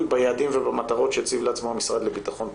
ביעדים ובמטרות שהציב לעצמו המשרד לביטחון פנים.